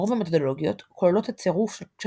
רוב המתודולוגיות כוללות את צירוף של